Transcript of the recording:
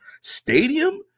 stadium